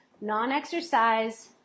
non-exercise